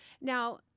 Now